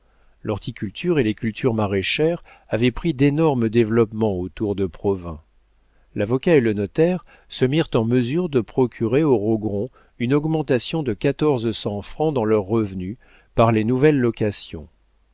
expirer l'horticulture et les cultures maraîchères avaient pris d'énormes développements autour de provins l'avocat et le notaire se mirent en mesure de procurer aux rogron une augmentation de quatorze cents francs dans leurs revenus par les nouvelles locations